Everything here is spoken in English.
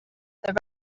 that